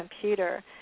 computer